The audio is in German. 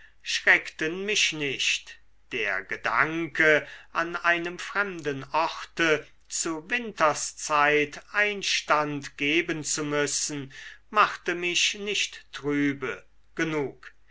schreckten mich nicht der gedanke an einem fremden orte zu winterszeit einstand geben zu müssen machte mich nicht trübe genug